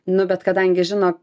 nu bet kadangi žino